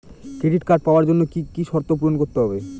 Credit card পাওয়ার জন্য কি কি শর্ত পূরণ করতে হবে?